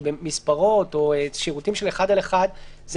כי מספרות או שירותים של אחד לאחד הם